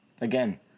Again